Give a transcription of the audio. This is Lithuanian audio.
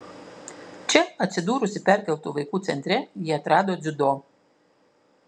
čia atsidūrusi perkeltų vaikų centre ji atrado dziudo